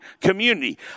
community